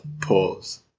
pause